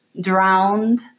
drowned